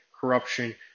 corruption